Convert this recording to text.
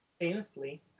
Famously